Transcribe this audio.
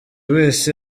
wese